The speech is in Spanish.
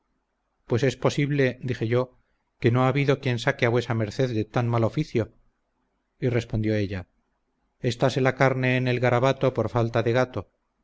pues es posible dije yo que no ha habido quien saque a vuesa merced de tan mal oficio y respondió ella estáse la carne en el garabato por falta de gato